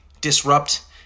disrupt